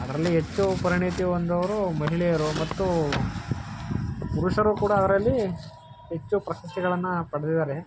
ಅದರಲ್ಲಿ ಹೆಚ್ಚು ಪರಿಣಿತಿ ಹೊಂದೋರು ಮಹಿಳೆಯರು ಮತ್ತು ಪುರುಷರು ಕೂಡ ಅದರಲ್ಲಿ ಹೆಚ್ಚು ಪ್ರಶಸ್ತಿಗಳನ್ನು ಪಡೆದಿದ್ದಾರೆ